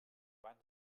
abans